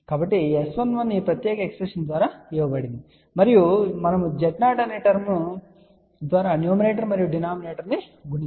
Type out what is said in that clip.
కాబట్టి S11 ఈ ప్రత్యేక ఎక్స్ప్రెషన్ ద్వారా ఇవ్వబడుతుంది మరియు మనము Z0 అనే టర్మ్ ద్వారా న్యూమరేటర్ మరియు డినామినేటర్ ను గుణించవచ్చు